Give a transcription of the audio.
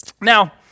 Now